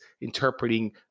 interpreting